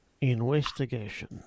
Investigation